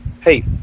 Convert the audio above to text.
Hey